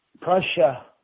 Prussia